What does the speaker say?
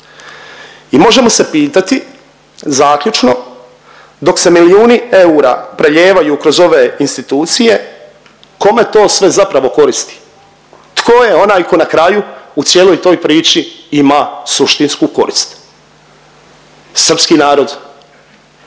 i možemo se pitati zaključno, dok se milijuni eura prelijevaju kroz ove institucije, kome to sve zapravo koristi. Tko je onaj tko na kraju u cijeloj toj priči ima suštinsku korist. Srpski narod